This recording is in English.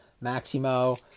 maximo